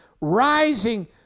rising